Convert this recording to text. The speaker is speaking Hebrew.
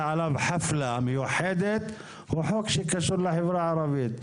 עליו חפלה מיוחדת הוא חוק שקשור לחברה הערבית,